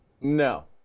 No